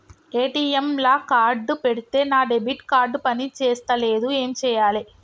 ATM లా card పెడితే నా డెబిట్ కార్డ్ పని చేస్తలేదు ఏం చేయాలే?